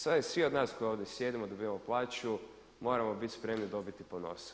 Svi od nas koji ovdje sjedimo dobivamo plaću, moramo bit spremni dobiti po nosu.